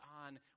on